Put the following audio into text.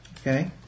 Okay